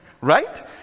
right